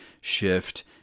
shift